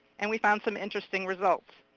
and we found some interesting results.